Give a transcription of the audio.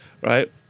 right